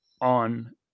on